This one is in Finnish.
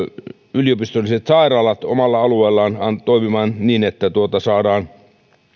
yliopistolliset sairaalat omilla alueillaan toimimaan niin että saadaan